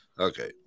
Okay